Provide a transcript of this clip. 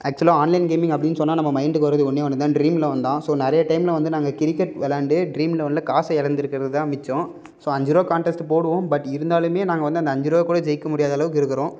ஆக்சுவலாக online gaming அப்படின்னு சொன்னால் நம்ம மைண்டுக்கு வரது ஒன்றே ஒன்று தான் ட்ரீம் லெவன் தான் ஸோ நிறைய டைமில் வந்து நாங்கள் கிரிக்கெட் விளையாண்டு ட்ரீம் லெவனில் காசை இழந்துருக்குறது தான் மிச்சம் ஸோ அஞ்சு ரூபா காண்டஸ்ட்டு போடுவோம் பட் இருந்தாலும் நாங்கள் வந்து அந்த அஞ்சு ரூபா கூட ஜெயிக்க முடியாத அளவுக்கு இருக்கிறோம்